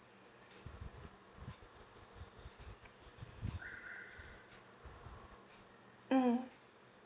mm